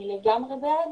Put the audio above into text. אני לגמרי בעד.